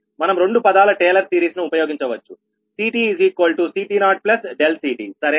మనం రెండు పదాల టేలర్ సిరీస్ ను ఉపయోగించవచ్చు CTCT0CTసరేనా